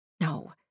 No